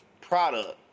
product